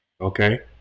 Okay